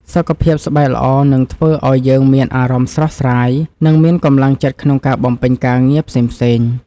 សុខភាពស្បែកល្អនឹងធ្វើឱ្យយើងមានអារម្មណ៍ស្រស់ស្រាយ និងមានកម្លាំងចិត្តក្នុងការបំពេញការងារផ្សេងៗ។